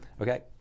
okay